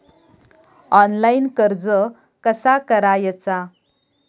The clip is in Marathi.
ऑनलाइन कर्ज कसा करायचा?